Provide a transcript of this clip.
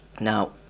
Now